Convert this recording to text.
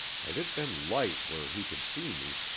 had it been light where he could see me,